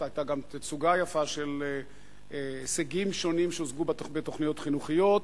היתה גם תצוגה יפה של הישגים שונים שהושגו בתוכניות חינוכיות.